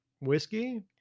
whiskey